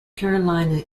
carolina